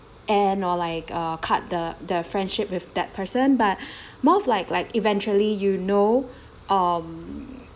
end or like uh cut the the friendship with that person but more of like like eventually you know um